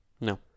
No